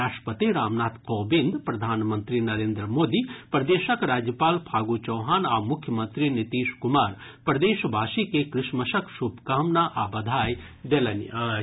राष्ट्रपति रामनाथ कोविंद प्रधानमंत्री नरेन्द्र मोदी प्रदेशक राज्यपाल फागू चौहान आ मुख्यमंत्री नीतीश कुमार प्रदेशवासी के क्रिसमसक शुभकामना आ बधाई देलनि अछि